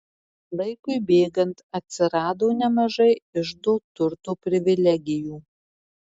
laikui bėgant atsirado nemažai iždo turto privilegijų